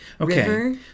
Okay